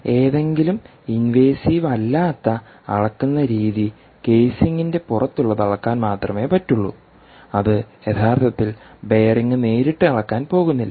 അതിനാൽ ഏതെങ്കിലും ഇൻവേസീവ് അല്ലാത്ത അളക്കുന്ന രീതി കേസിംഗിന്റെ പുറത്തുളളത് അളക്കാൻ മാത്രമേ പറ്റുള്ളൂ അത് യഥാർത്ഥത്തിൽ ബെയറിംഗ് നേരിട്ട് അളക്കാൻ പോകുന്നില്ല